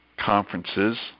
conferences